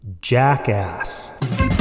jackass